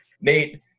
Nate